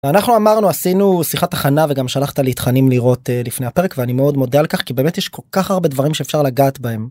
אנחנו אמרנו עשינו שיחה הכנה וגם שלחת לי תכנים לראות לפני הפרק ואני מאוד מודה על כך כי באמת יש כל כך הרבה דברים שאפשר לגעת בהם.